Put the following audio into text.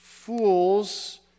Fools